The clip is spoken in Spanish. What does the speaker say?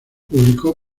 publicó